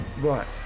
Right